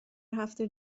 هفته